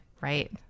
Right